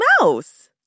Mouse